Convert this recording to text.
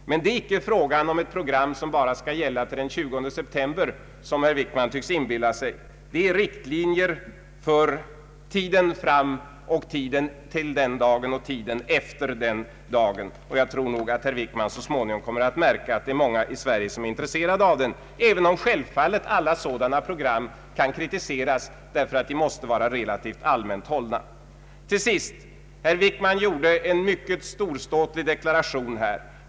Men det är icke fråga om ett program som bara skall gälla till den 20 september, som herr Wickman tycks inbilla sig. Det är riktlinjer för tiden fram till den dagen och för tiden efter den dagen. Jag tror nog att herr Wickman så småningom kommer att märka att det är många i Sverige som är intresserade av dem, även om självfallet alla sådana program kan kritiseras därför att de måste vara relativt allmänt hållna. Till sist en annan sak. Herr Wickman gjorde en mycket storståtlig deklaration här.